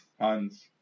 Hans